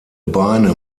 beine